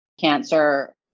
cancer